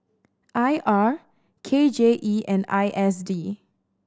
I R K J E and I S D